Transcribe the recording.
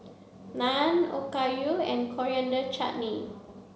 Naan Okayu and Coriander Chutney